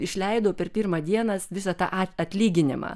išleidau per pirmą dieną visą tą atlyginimą